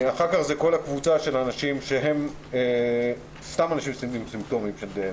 אחר כך זה כל קבוצת האנשים ששמו לב לסימפטומים שלהם,